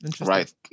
right